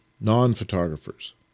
non-photographers